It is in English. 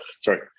sorry